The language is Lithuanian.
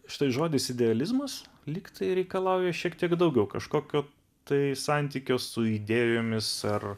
štai žodis idealizmas lygtai reikalauja šiek tiek daugiau kažkokio tai santykio su idėjomis ar